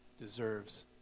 deserves